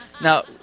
Now